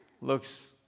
looks